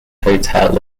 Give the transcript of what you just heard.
hotel